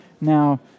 Now